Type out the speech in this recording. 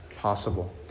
possible